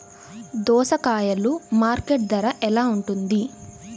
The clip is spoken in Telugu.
దోసకాయలు మార్కెట్ ధర ఎలా ఉంటుంది?